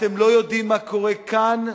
אתם לא יודעים מה קורה כאן,